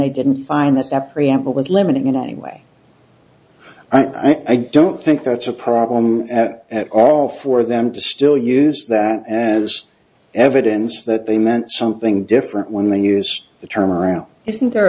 they didn't find that the preamble was limited going to anyway i don't think that's a problem at all for them to still use that as evidence that they meant something different when they use the term around isn't there